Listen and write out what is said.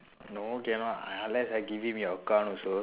no cannot un~ unless I give him your account also